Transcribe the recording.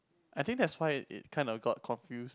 I think that's why it kind of got confuse